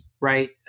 right